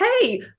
hey